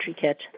kit